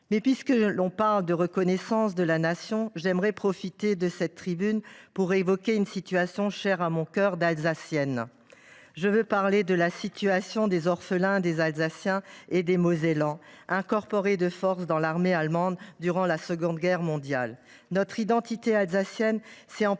Puisque l’on parle de reconnaissance de la Nation, j’aimerais profiter de cette tribune pour évoquer une situation chère à mon cœur d’Alsacienne. Je veux parler de la situation des orphelins des Alsaciens et des Mosellans incorporés de force dans l’armée allemande durant la Seconde Guerre mondiale.